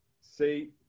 See